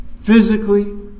physically